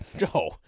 no